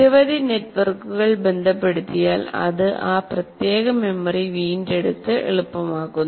നിരവധി നെറ്റ്വർക്കുകൾ ബന്ധപ്പെടുത്തിയാൽ അത് ആ പ്രത്യേക മെമ്മറി വീണ്ടെടുക്കുന്നത് എളുപ്പമാക്കുന്നു